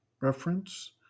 Reference